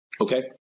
Okay